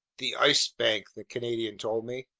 the ice bank! the canadian told me.